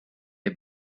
der